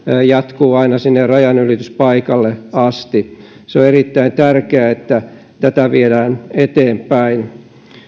jatkuu aina sinne rajanylityspaikalle asti se on erittäin tärkeää että tätä viedään eteenpäin